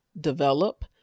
develop